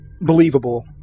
believable